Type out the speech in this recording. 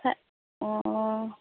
हे अ'